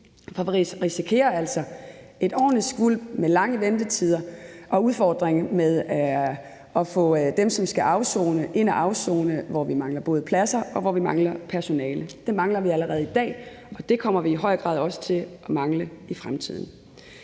For vi risikerer altså et ordentligt skvulp med lange ventetider og udfordringer med at få dem, som skal afsone, ind at afsone, hvor vi mangler både pladser, og hvor vi mangler personale. Dem mangler vi allerede i dag, og det kommer vi i høj grad også til at mangle i fremtiden.